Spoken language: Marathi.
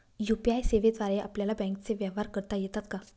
यू.पी.आय सेवेद्वारे आपल्याला बँकचे व्यवहार करता येतात का?